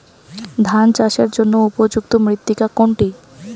ধান চাষের জন্য উপযুক্ত মৃত্তিকা কোনটি?